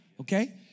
Okay